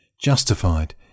justified